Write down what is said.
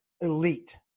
elite